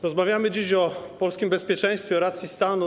Rozmawiamy dziś o polskim bezpieczeństwie, o racji stanu.